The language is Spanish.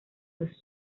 los